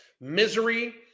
misery